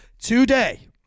today